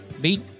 beat